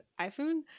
iPhone